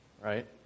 right